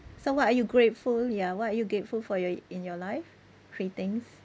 so what are you grateful ya what are you grateful for your in your life three things